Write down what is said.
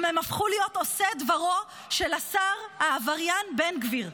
אם הם הפכו להיות עושי דברו של השר העבריין בן גביר.